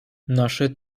nasze